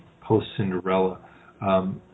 post-Cinderella